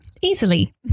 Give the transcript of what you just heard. easily